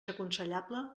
aconsellable